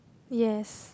yes